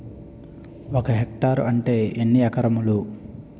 ఒక హెక్టార్ అంటే ఎన్ని ఏకరములు?